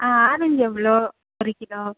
ஆ orange எவ்வளோ ஒரு kilo